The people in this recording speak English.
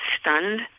stunned